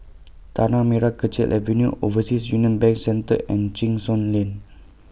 Tanah Merah Kechil Avenue Overseas Union Bank Centre and Cheng Soon Lane